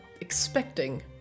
expecting